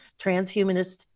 transhumanist